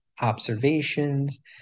observations